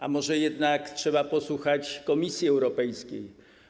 A może jednak trzeba posłuchać Komisji Europejskiej?